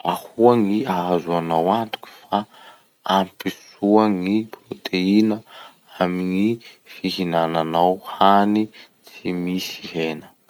Ahoa gny ahazoanao antoky fa ampy soa gny proteina amin'ny fihinanao hany tsy misy hena?